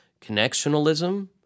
Connectionalism